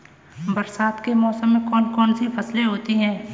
बरसात के मौसम में कौन कौन सी फसलें होती हैं?